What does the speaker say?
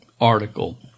article